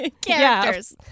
characters